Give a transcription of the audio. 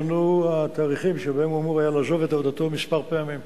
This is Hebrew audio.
שונו התאריכים שבהם הוא אמור היה לעזוב את עבודתו כמה פעמים.